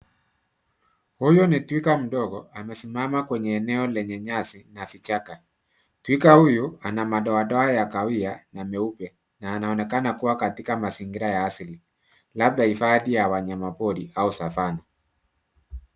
Huyu ni twiga mdogo amesimama kwenye eneo lenye nyasi na vichaka. Twiga huyu ana madoadoa ya kahawia na meupe na anaonekana kuwa katika mazingira ya asili labda hifadhi ya wanyama pori au Savana.